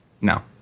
No